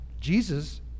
Jesus